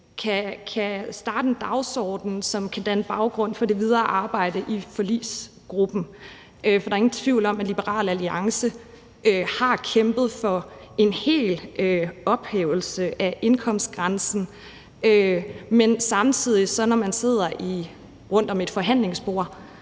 kan starte en dagsorden, som kan danne baggrund for det videre arbejde i forligsgruppen. For der er ingen tvivl om, at Liberal Alliance har kæmpet for en fuldstændig ophævelse af indkomstgrænsen. Men samtidig, når man sidder rundt om et forhandlingsbord,